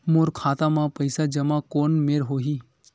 मोर खाता मा पईसा जमा कोन मेर होही?